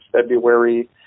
February